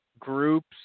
groups